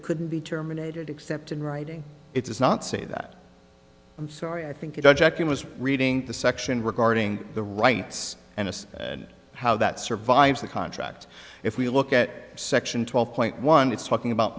couldn't be terminated except in writing it does not say that i'm sorry i think you'd object he was reading the section regarding the rights and us and how that survives the contract if we look at section twelve point one it's talking about